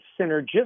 synergistic